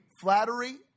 Flattery